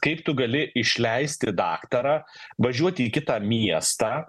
kaip tu gali išleisti daktarą važiuoti į kitą miestą